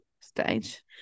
stage